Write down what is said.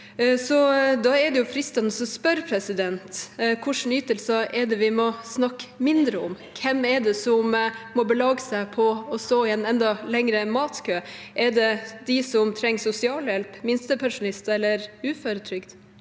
Da er det fristende å spørre: Hvilke ytelser er det vi må snakke mindre om? Hvem er det som må belage seg på å stå i en enda lengre matkø? Er det de som trenger sosialhjelp, minstepensjonister eller uføretrygdede?